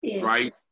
right